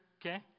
okay